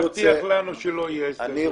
איך תבטיח לנו שלא יהיו הסתייגויות דיבור?